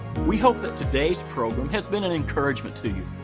we hope that today's program has been an encouragement to you.